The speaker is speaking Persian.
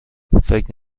فکر